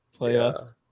playoffs